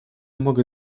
mogę